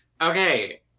okay